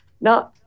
Now